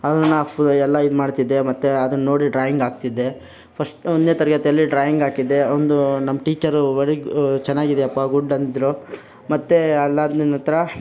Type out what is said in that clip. ಅದನ್ನು ಫು ಎಲ್ಲ ಇದ್ಮಾಡ್ತಿದ್ದೆ ಮತ್ತು ಅದನ್ನ ನೋಡಿ ಡ್ರಾಯಿಂಗಾಕ್ತಿದ್ದೆ ಫಷ್ ಒಂದನೇ ತರಗತಿಯಲ್ಲಿ ಡ್ರಾಯಿಂಗಾಕಿದ್ದೆ ಒಂದು ನಮ್ಮ ಟೀಚರು ವೆರಿ ಗು ಚೆನ್ನಾಗಿದ್ಯಪ್ಪ ಗುಡ್ ಅಂದಿದ್ದರು ಮತ್ತು ಅಲ್ದಾದ್ನಿನ್ ನಂತರ